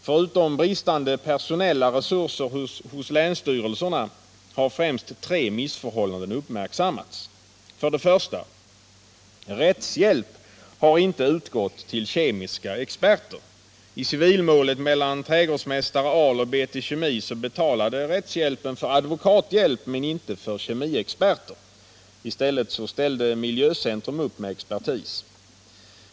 Förutom bristande personella resurser hos länsstyrelserna har främst tre missförhållanden uppmärksammats. 1. Rättshjälp har inte utgått till kemiska experter. I civilmålet mellan trädgårdsmästare Ahl och BT Kemi betalade rättshjälpen för advokathjälp men inte för kemiska experter. I stället ställde Miljöcentrum upp med expertis.